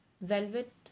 velvet